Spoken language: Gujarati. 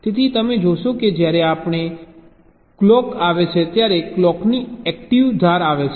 તેથી તમે જોશો કે જ્યારે પણ ક્લોક આવે છે ત્યારે ક્લોકની એક્ટીવ ધાર આવે છે